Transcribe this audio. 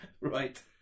Right